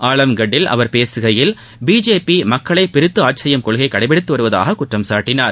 ஆலம்கட்டில் அவர்பேசுகையில் பிஜேபி மக்களை பிரித்து ஆட்சி செய்யும் கொள்கையை கடைபிடித்து வருவதாக குற்றம் சாட்டினார்